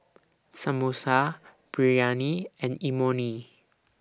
Samosa Biryani and Imoni